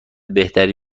بهتری